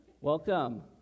Welcome